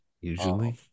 Usually